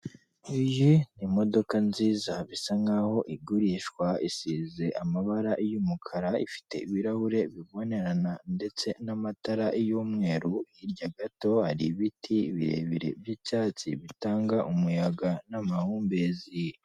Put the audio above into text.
Iyo ni imodoka nziza, bisa nk'aho igurishwa, isize amabara y'umukara, ifite ibirahure bibonerana ndetse n'amatara y'umweru, hirya gato hari ibiti birebire by'icyatsi, bitanga umuyaga n'amahumbezi.